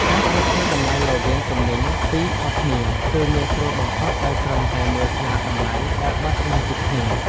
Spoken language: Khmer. ការប្រៀបធៀបតម្លៃរវាងទំនិញពីរខុសគ្នាគឺងាយស្រួលបំផុតដោយគ្រាន់តែមើលស្លាកតម្លៃដែលបិទនៅជិតគ្នា។